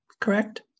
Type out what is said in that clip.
correct